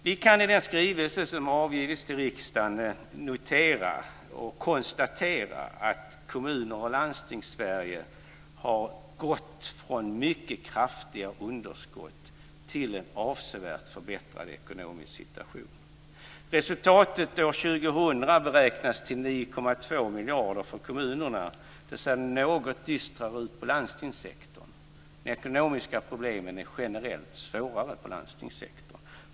Vi kan i den skrivelse som avgivits till riksdagen notera att kommuner och landsting har gått från mycket kraftiga underskott till en avsevärt förbättrad ekonomisk situation. Resultatet år 2000 beräknas till 9,2 miljarder för kommunerna. Det ser något dystrare ut för landstingssektorn. De ekonomiska problemen är generellt svårare inom landstingssektorn.